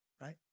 right